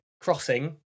Crossing